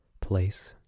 place